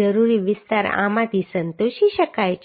જરૂરી વિસ્તાર આમાંથી સંતોષી શકાય છે